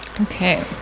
okay